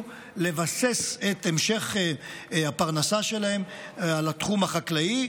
לבסס את המשך הפרנסה שלהם על התחום החקלאי,